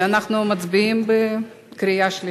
אנחנו מצביעים בקריאה שלישית.